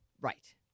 Right